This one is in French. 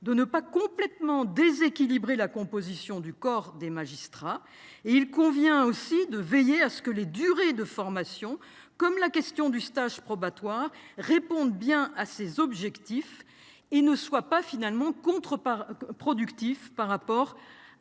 de ne pas complètement déséquilibrer la composition du corps des magistrats. Il convient aussi de veiller à ce que la durée de formation, comme la question du stage probatoire, réponde bien à ces objectifs. Prenons garde à ce que cette ouverture ne soit